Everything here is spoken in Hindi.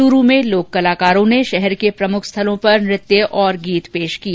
चुरू में लोक कलाकारों ने शहर के प्रमुख स्थलों पर नृत्य और गीत पेश किए